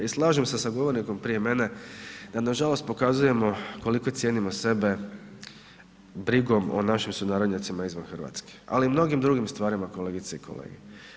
I slažem se sa govornikom prije mene da nažalost pokazujemo koliko cijenimo sebe brigom o našim sunarodnjacima izvan Hrvatske, ali i o mnogim drugim stvarima kolegice i kolege.